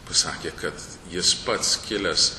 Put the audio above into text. pasakė kad jis pats kilęs